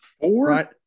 Four